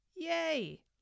Yay